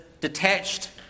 detached